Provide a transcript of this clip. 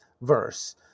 verse